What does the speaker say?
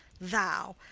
thou!